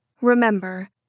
Remember